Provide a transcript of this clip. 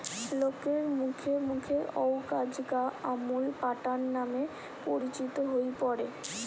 লোকের মুখে মুখে অউ কাজ গা আমূল প্যাটার্ন নামে পরিচিত হই পড়ে